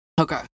Okay